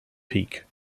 peak